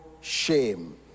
shame